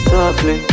Softly